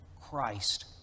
Christ